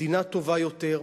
למדינה טובה יותר,